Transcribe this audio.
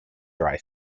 dry